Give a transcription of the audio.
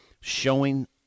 showing